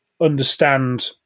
understand